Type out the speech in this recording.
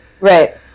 Right